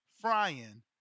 frying